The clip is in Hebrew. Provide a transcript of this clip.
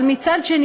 אבל מצד שני,